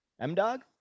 M-Dog